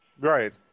right